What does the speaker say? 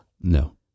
No